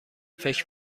فکر